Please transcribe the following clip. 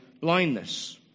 blindness